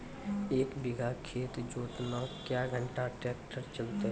एक बीघा खेत जोतना क्या घंटा ट्रैक्टर चलते?